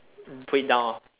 put it down lor